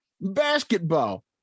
Basketball